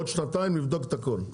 בעוד שנתיים נבדוק את הכל.